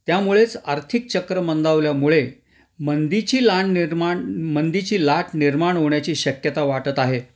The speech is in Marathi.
त्यामुळेच आर्थिक चक्रमंदवल्यामुळे मंदीची लान निर्माण मंदीची लाट निर्माण होण्याची शक्यता वाटत आहे